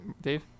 Dave